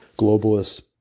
globalist